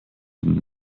den